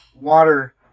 water